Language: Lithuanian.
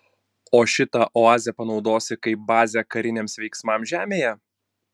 o šitą oazę panaudosi kaip bazę kariniams veiksmams žemėje